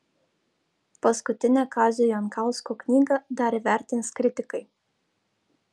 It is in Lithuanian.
paskutinę kazio jankausko knygą dar įvertins kritikai